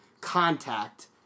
contact